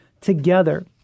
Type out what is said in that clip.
together